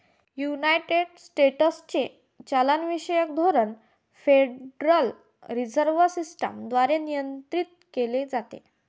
United स्टेट्सचे चलनविषयक धोरण फेडरल रिझर्व्ह सिस्टम द्वारे नियंत्रित केले जाते